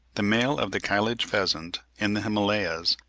the male of the kalij-pheasant, in the himalayas,